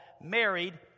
married